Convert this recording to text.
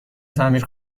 تعمیر